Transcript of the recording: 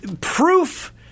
proof